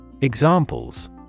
Examples